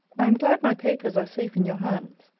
i am glad my papers are safe in your hands.